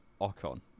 Ocon